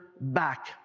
back